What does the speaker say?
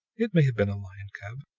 it may have been a lion cub.